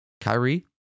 Kyrie